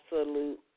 absolute